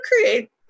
create